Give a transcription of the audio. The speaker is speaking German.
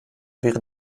wäre